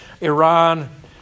Iran